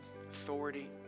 authority